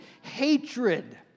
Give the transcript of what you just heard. hatred